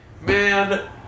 man